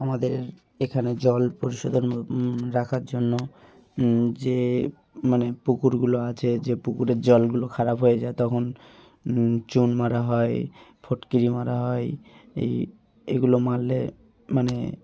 আমাদের এখানে জল পরিশোধন রাখার জন্য যে মানে পুকুরগুলো আছে যে পুকুরের জলগুলো খারাপ হয়ে যায় তখন চুন মারা হয় ফটকিরি মারা হয় এই এইগুলো মারলে মানে